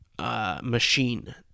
machine